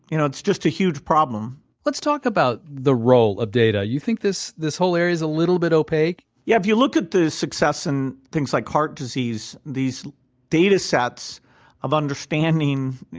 you know it's just a huge problem let's talk about the role of data. you think this this whole area is a little bit opaque? yeah, if you look at the success in things like heart disease, these data sets of understanding you